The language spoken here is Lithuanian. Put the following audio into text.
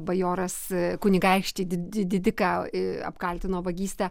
bajoras kunigaikštį didiką apkaltino vagyste